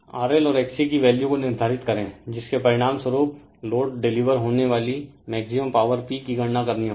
RL और XC की value को निर्धारित करें जिसके परिणाम स्वरूप लोड डिलीवर होने वाली मैक्सिमम पावर P की गणना करनी होगी